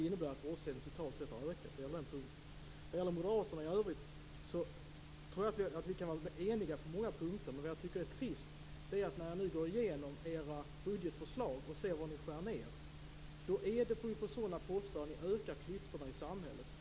Det behöver inte innebära att brottsligheten totalt sett har ökat. Jag tror att Moderaterna och vi kan vara eniga på många punkter, men det som jag tycker är trist är att när jag går igenom era budgetförslag och ser vad ni skär ned på är det på sådana poster som innebär att ni ökar klyftorna i samhället.